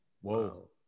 Whoa